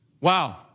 Wow